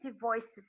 voices